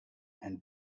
and